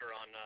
on